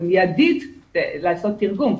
זה מיידית לעשות תרגום,